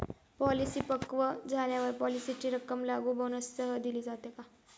Policy पक्व झाल्यावर पॉलिसीची रक्कम लागू बोनससह दिली जाते का?